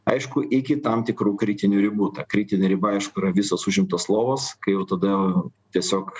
aišku iki tam tikrų kritinių ribų ta kritinė riba aišku yra visos užimtos lovos kai jau tada tiesiog